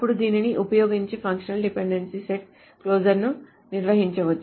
అప్పుడు దీనిని ఉపయోగించి ఫంక్షనల్ డిపెండెన్సీల సెట్ క్లోజర్ ను నిర్వచించవచ్చు